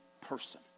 person